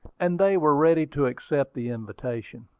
and they were ready to accept the invitation.